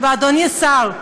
ואדוני השר,